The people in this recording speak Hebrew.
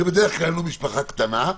שבדרך כלל לא משפחה קטנה,